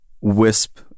wisp